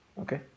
okay